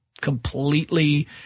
completely